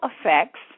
effects